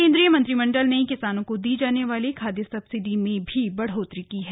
केंद्रीय मंत्रीमंडल ने किसानों को दी जाने वाली खाद्य सब्सिडी में भी बढ़ोतरी की है